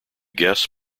guest